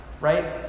right